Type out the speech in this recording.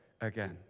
again